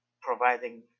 providing